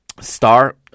star